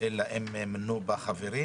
המיוחדת אם לא מונו בה חברים,